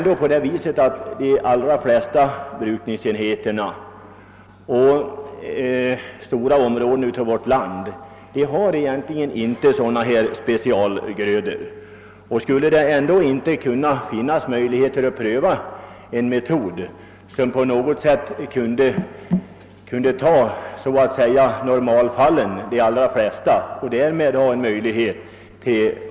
De allra flesta brukningsenheterna i vårt land har emellertid inga specialgrödor. Jag har därför funderat rätt mycket på om det inte skulle vara möjligt att bortse från specialgrödorna och räkna med normalfallen.